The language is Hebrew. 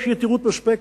יש יתירות מספקת.